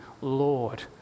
Lord